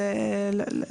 אבל